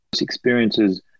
experiences